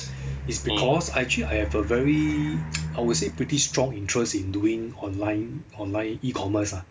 is because actually I have a very I would say pretty strong interest in doing online online E-commerce ah